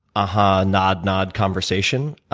uh-huh, nod-nod conversation.